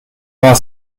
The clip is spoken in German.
war